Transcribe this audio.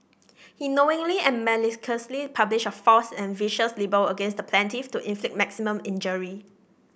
he knowingly and maliciously published a false and vicious libel against the plaintiff to inflict maximum injury